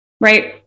right